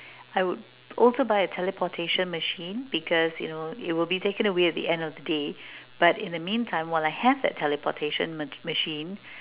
I would also buy a teleportation machine because you know it would be taken away at the end of the day but in the meantime while I have that teleportation machine